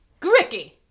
Gricky